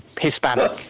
Hispanic